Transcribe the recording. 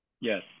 Yes